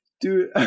Dude